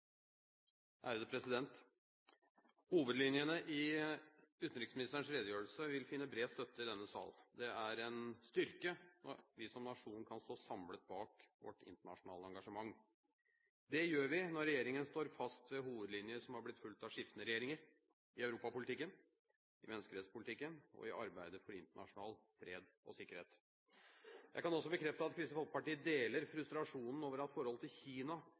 en styrke når vi som nasjon kan stå samlet bak vårt internasjonale engasjement. Det gjør vi når regjeringen står fast ved hovedlinjer som har blitt fulgt av skiftende regjeringer – i europapolitikken, i menneskerettspolitikken og i arbeidet for internasjonal fred og sikkerhet. Jeg kan også bekrefte at Kristelig Folkeparti deler frustrasjonen over at forholdet til Kina